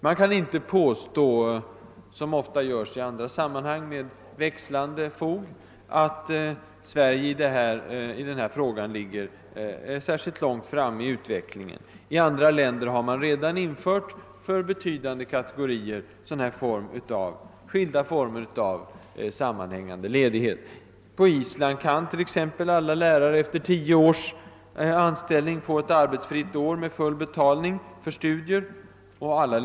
Man kan inte påstå, såsom ofta görs i andra sammanhang med växlande fog, att Sverige i denna fråga ligger särskilt långt framme i utvecklingen. I andra länder har man redan för betydande kategorier av människor infört skilda former av sammanhängande ledighet. På Island kan t.ex. alla lärare efter tio års anställning få ett arbetsfritt år för studier med full betalning.